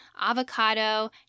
avocado